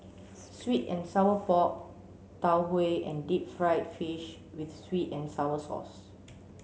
sweet and sour pork tau Huay and deep fried fish with sweet and sour sauce